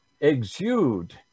exude